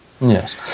Yes